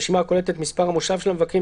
רשימה הכוללת את מספר המושב של המבקרים,